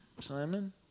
Simon